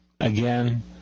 again